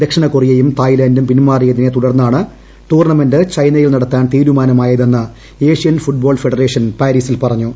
ദക്ഷിണ കൊറിയയും തായ്ലന്റും പിൻമാറിയതിനെ തുടർന്നാണ് ടൂർണമെന്റ് ചൈനയിൽ നടത്താൻ തീരുമാനമായതെന്ന് ഏഷ്യൻ ഫുട്ബോൾ ഫെഡറേഷൻ പാരീസിൽ പറഞ്ഞു